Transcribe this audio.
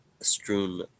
strewn